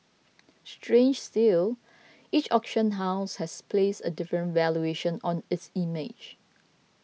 strange still each auction house has placed a different valuation on its image